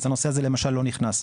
אז הנושא הזה למשל לא נכנס.